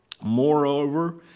Moreover